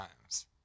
times